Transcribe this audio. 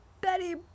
Betty